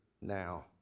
now